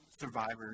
survivor's